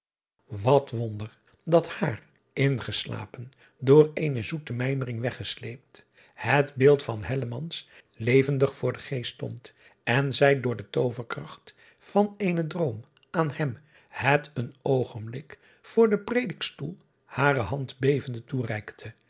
at wonder dat haar ingeslapen door eene zoete mijmering weggesleept het beeld van levendig voor den geest stond en zij door de tooverkracht van eenen droom aan hem het een oogenblik voor den predikstoel hare hand bevende toereikte